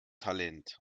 talent